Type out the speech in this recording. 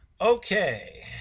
okay